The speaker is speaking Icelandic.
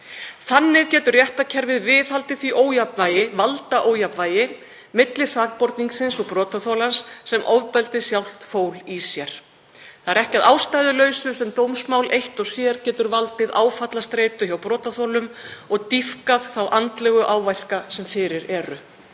Þannig getur réttarkerfið viðhaldið því valdaójafnvægi milli sakborningsins og brotaþolans sem ofbeldið sjálft fól í sér. Það er ekki að ástæðulausu sem dómsmál eitt og sér getur valdið áfallastreitu hjá brotaþolum, eða dýpkað þá andlegu áverka sem fyrir eru.“